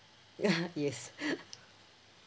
ya yes